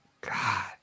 God